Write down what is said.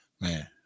Man